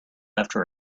after